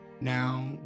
now